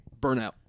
Burnout